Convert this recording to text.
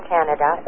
Canada